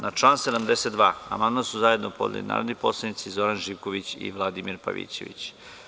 Na član 72. amandman su zajedno podneli narodni poslanici Zoran Živković i Vladimir Pavićević.